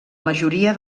majoria